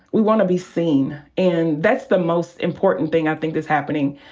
we wanna be seen. and that's the most important thing i think that's happening.